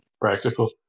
practical